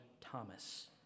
Thomas